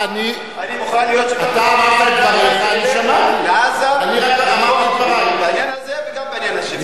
אני מוכן להיות שותף לגשר בעזה בעניין הזה וגם בעניין השני.